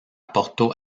porto